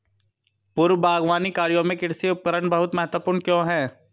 पूर्व बागवानी कार्यों में कृषि उपकरण बहुत महत्वपूर्ण क्यों है?